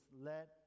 let